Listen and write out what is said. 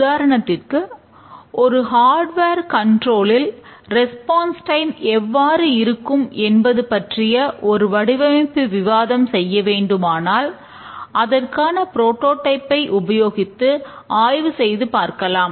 உதாரணத்திற்கு ஒரு ஹார்ட்வேர் கண்ட்ரோலில்ஐ உபயோகித்து ஆய்வு செய்து பார்க்கலாம்